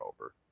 over